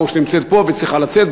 או שנמצאת פה וצריכה לצאת,